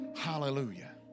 hallelujah